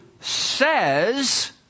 says